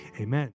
Amen